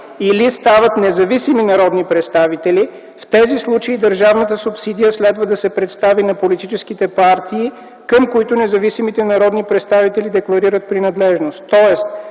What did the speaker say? или стават независими народни представители, в тези случаи държавната субсидия следва да се представи на политическите партии, към които независимите народни представители декларират принадлежност.”